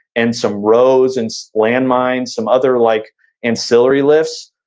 and some rows and landmine, some other like ancillary lifts.